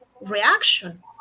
reaction